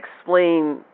explain